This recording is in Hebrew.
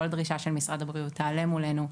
כל דרישה של משרד הבריאות תעלה מולנו,